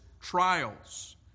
trials